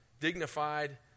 dignified